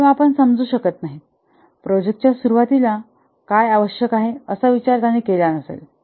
किंवा आपण समजू शकत नाही प्रोजेक्टच्या सुरुवातीला काय आवश्यक आहेअसा विचार त्याने केला नसेल